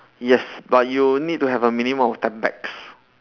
yes but you'll need to have a minimum of ten pax